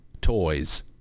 toys